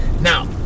Now